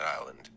island